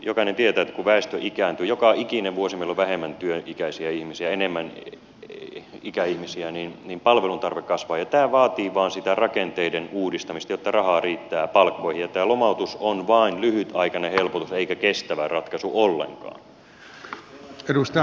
jokainen tietää että kun väestö ikääntyy joka ikinen vuosi meillä on vähemmän työikäisiä ihmisiä enemmän ikäihmisiä niin palveluntarve kasvaa ja tämä vain vaatii sitä rakenteiden uudistamista jotta rahaa riittää palkkoihin ja tämä lomautus on vain lyhytaikainen helpotus eikä kestävä ratkaisu ollenkaan